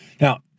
Now